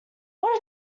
what